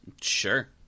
Sure